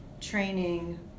training